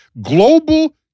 Global